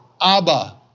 Abba